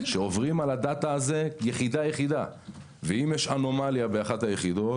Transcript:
עוברים על הדאטא הזה יחידה-יחידה ואם יש אנומליה באחת היחידות,